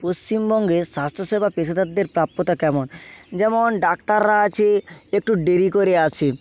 পশ্চিমবঙ্গে স্বাস্থ্যসেবা পেশাদারদের প্রাপ্যতা কেমন যেমন ডাক্তাররা আছে একটু দেরি করে আসে